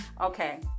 Okay